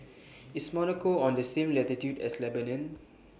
IS Monaco on The same latitude as Lebanon